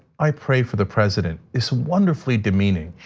i pray for the president, is wonderfully demeaning.